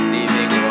Leaving